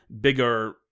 bigger